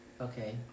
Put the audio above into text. Okay